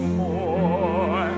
more